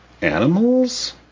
animals